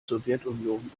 sowjetunion